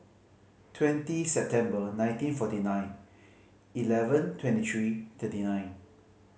twenty September nineteen forty nine eleven twenty three thirty nine